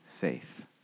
faith